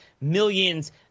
millions